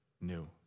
new